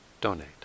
donate